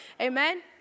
Amen